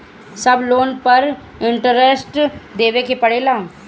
सब लोन पर इन्टरेस्ट देवे के पड़ेला?